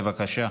בבקשה,